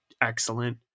excellent